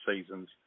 seasons